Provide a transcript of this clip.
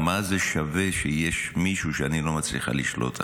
מה זה שווה שיש מישהו שאני לא מצליחה לשלוט עליו?